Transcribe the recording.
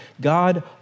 God